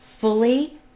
fully